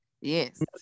Yes